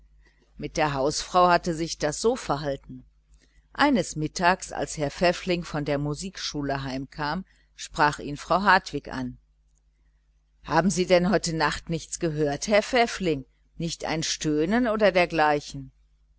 mit der hausfrau hatte sich das so verhalten eines mittags als herr pfäffling von der musikschule heimkam sprach ihn frau hartwig an haben sie heute nacht nichts gehört herr pfäffling nicht ein stöhnen oder dergleichen